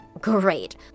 great